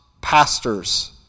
pastors